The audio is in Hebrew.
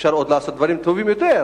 אפשר עוד לעשות דברים טובים יותר,